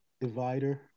Divider